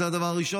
זה הדבר הראשון.